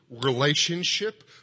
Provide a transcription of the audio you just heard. relationship